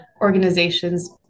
organizations